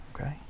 okay